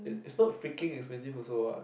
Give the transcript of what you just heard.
it's not freaking it's busy also what